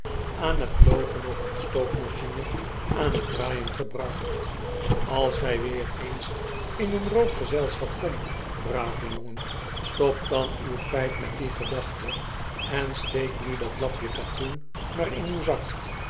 aan het loopen of een stoommachine aan het draaien gebracht als gij weer eens in een rookgezelschap komt brave jongen stop dan uw pijp met die gedachte en steek nu dat lapje katoen maar in uw zak